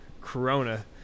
Corona